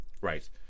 right